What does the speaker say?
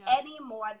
anymore